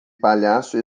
palhaço